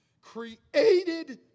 created